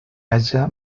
haja